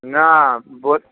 ने बो